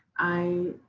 i